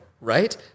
Right